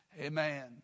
Amen